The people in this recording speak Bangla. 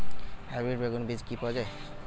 হাইব্রিড বেগুন বীজ কি পাওয়া য়ায়?